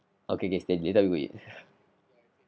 okay okay steady this time we wait